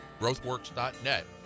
growthworks.net